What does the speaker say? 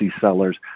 sellers